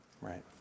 right